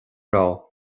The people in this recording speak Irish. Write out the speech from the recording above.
raibh